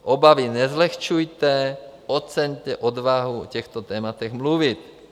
Obavy nezlehčujte, oceňte odvahu o těchto tématech mluvit.